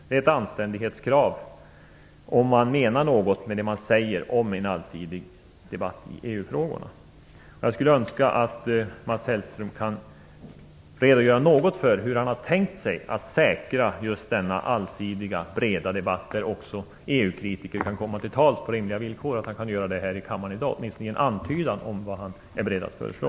Det är ett anständighetskrav, om man menar något med det man säger om en allsidig debatt i EU Jag skulle önska att Mats Hellström kunde redogöra något för hur han har tänkt sig att säkra just denna allsidiga breda debatt, där också EU-kritiker kan komma till tals på rimliga villkor, att han här i kammaren i dag kunde åtminstone ge en antydan om vad han är beredd att föreslå.